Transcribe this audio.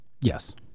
Yes